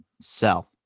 Sell